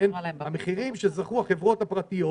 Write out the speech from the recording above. המחירים שזכו החברות הפרטיות